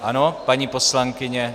Ano, paní poslankyně.